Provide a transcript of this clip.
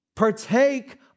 Partake